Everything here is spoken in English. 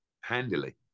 handily